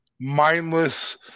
mindless